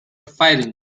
fighting